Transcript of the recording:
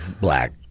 black